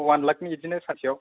one लाखनि बिदिनो सानसेयाव